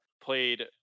Played